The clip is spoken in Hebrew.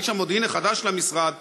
זה איש המודיעין החדש של המשרד,